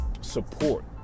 support